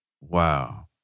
Wow